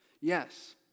Yes